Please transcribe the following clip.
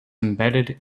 embedded